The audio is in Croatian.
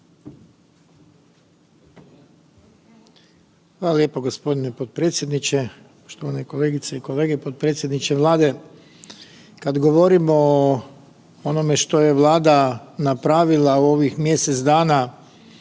Hvala lijepo g. potpredsjedniče, štovane kolegice i kolege, potpredsjedniče Vlade. Kad govorimo o onome što je Vlada napravila u ovih mjesec dana